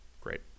Great